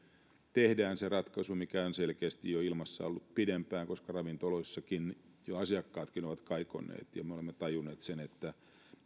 tehdään se ratkaisu mikä on selkeästi jo ilmassa ollut pidempään koska ravintoloissakin jo asiakkaatkin ovat kaikonneet ja me olemme tajunneet sen että